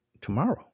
tomorrow